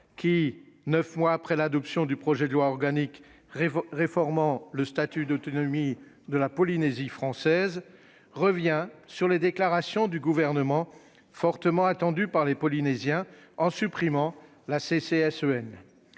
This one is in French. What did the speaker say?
neuf mois après l'adoption du projet de loi organique réformant le statut d'autonomie de la Polynésie française, sur des déclarations du Gouvernement fortement attendues par les Polynésiens, en supprimant la